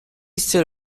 still